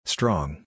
Strong